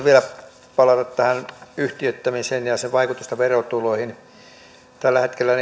vielä palata tähän yhtiöittämiseen ja ja sen vaikutukseen verotuloihin tällä hetkellä